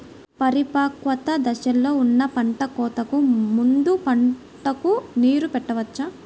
పరిపక్వత దశలో ఉన్న పంట కోతకు ముందు పంటకు నీరు పెట్టవచ్చా?